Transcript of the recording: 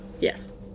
Yes